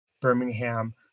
Birmingham